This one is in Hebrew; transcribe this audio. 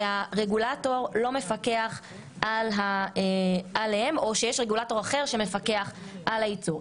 שהרגולטור לא מפקח עליהן או שיש רגולטור אחר שמפקח על הייצוא.